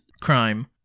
crime